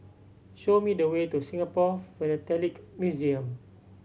show me the way to Singapore Philatelic Museum